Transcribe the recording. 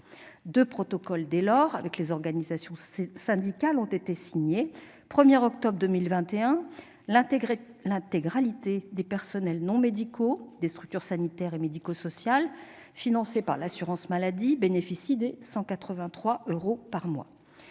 deux protocoles ont été signés avec les organisations syndicales. Depuis le 1 octobre 2021, l'intégralité des personnels non médicaux des structures sanitaires et médico-sociales financées par l'assurance maladie bénéficie des 183 euros net